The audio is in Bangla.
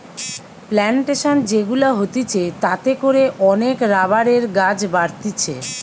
প্লানটেশন যে গুলা হতিছে তাতে করে অনেক রাবারের গাছ বাড়তিছে